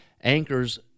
Anchors